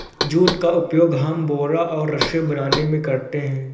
jute का उपयोग हम बोरा और रस्सी बनाने में करते हैं